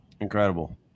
incredible